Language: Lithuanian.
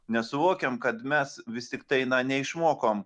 nesuvokiam kad mes vis tiktai na neišmokom